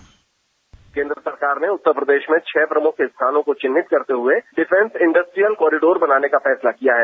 dispatch केन्द्र सरकार ने उत्तर प्रदेश में छह प्रमुख स्थानों को चिन्हित करते हुए डिफेंस इंडस्ट्रीयल कारिडोर बनाने का फैसला किया है